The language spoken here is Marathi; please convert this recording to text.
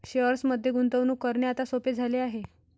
शेअर्समध्ये गुंतवणूक करणे आता सोपे झाले आहे